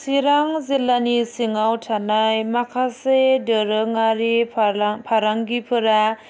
चिरां जिल्लानि सिङाव थानाय माखासे दोरोङारि फालां फारांगिफोरा